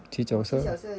骑脚车 lah